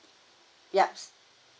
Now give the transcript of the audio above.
yup